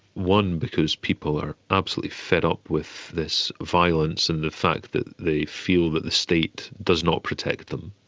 one, because people are absolutely fed up with this violence and the fact that they feel that the state does not protect them.